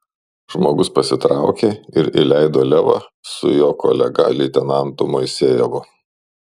žmogus pasitraukė ir įleido levą su jo kolega leitenantu moisejevu